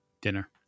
dinner